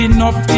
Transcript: Enough